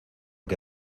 que